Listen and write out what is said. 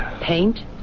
Paint